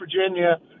Virginia